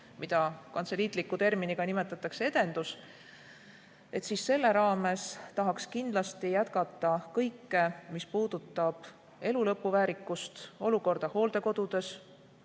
mida kantseliitliku terminiga nimetatakse "edendus", tahaks kindlasti jätkata kõike, mis puudutab elu lõpu väärikust, olukorda hooldekodudes.